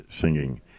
singing